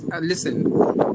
Listen